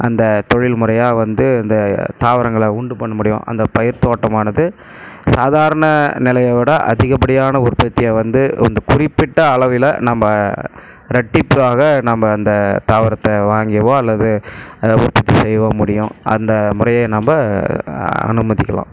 அந்த தொழில் முறையாக வந்து இந்த தாவரங்களை உண்டு பண்ண முடியும் அந்த பயிர் தோட்டமானது சாதாரண நிலைய விட அதிகப்படியான உற்பத்தியை வந்து இந்த குறிப்பிட்ட அளவில் நம்ப ரெட்டிப்பாக நம்ப அந்த தாவரத்தை வாங்கியவோ அல்லது உற்பத்தி செய்யவோ முடியும் அந்த முறையை நம்ப அனுமதிக்கலாம்